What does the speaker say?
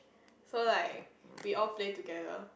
so like we all play together